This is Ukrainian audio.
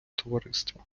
товариства